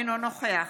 אינו נוכח